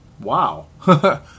wow